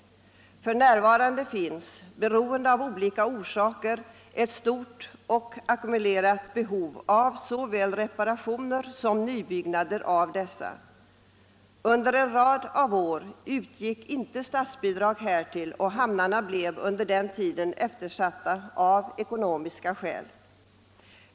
F.n. finns av olika skäl ett stort och ackumulerat behov av såväl reparationer som nybyggnader av fiskehamnar. Under en rad år utgick inte statsbidrag härtill, och hamnarna blev under denna tid av ekonomiska skäl eftersatta.